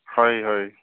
ହଇ ହଇ